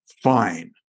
fine